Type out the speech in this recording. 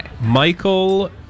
Michael